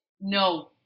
no